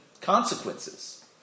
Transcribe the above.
consequences